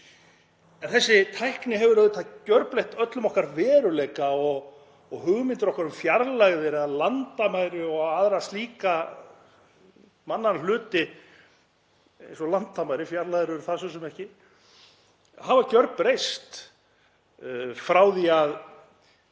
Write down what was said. Þessi tækni hefur auðvitað gjörbreytt öllum okkar veruleika og hugmyndir okkar um fjarlægðir eða landamæri og aðra slíka mannanna hluti — eins og landamæri, fjarlægðir eru það svo sem ekki — hafa gjörbreyst frá því að